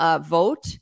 vote